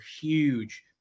huge